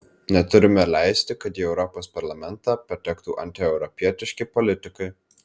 neturime leisti kad į europos parlamentą patektų antieuropietiški politikai